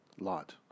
Lot